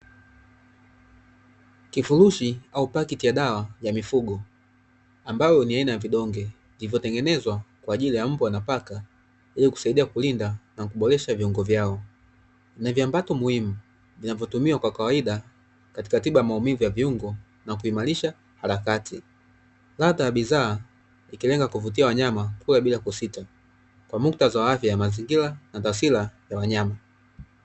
Kifurushi au pakiti ya dawa ya mifugo ambayo ni aina ya vidonge vilivyotengenezwa kwa ajili ya mbwa na paka, ili kusaidia kulinda na kuboresha viungo vyao ni viambato muhimu vinavyotumiwa kwa kawaida katika tiba muhimu ya maumivu ya viungo na kuimarisha harakati chata ya bidhaa kupeleka kuvutia wanyama kula bila kupita kwa muktadha wa mazingira kwa wanyama.